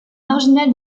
marginal